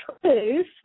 truth